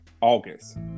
August